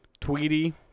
Tweety